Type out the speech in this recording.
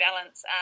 balance